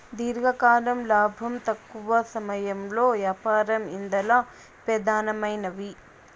దీర్ఘకాలం లాబం, తక్కవ సమయంలో యాపారం ఇందల పెదానమైనవి